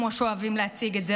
כמו שאוהבים להציג את זה,